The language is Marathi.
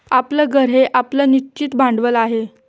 आपलं घर हे आपलं निश्चित भांडवल आहे